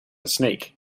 snake